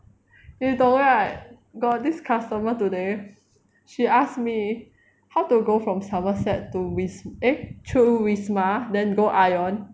你懂 right got this customer today she asked me how to go from somerset to wis~ through wisma then go ion